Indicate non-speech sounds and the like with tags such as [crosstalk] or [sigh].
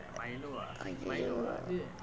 [laughs]